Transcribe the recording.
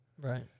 Right